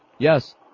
Yes